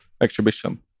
exhibition